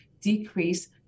decrease